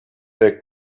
they